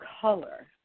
color